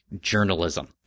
journalism